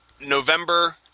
November